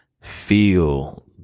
feel